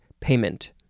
payment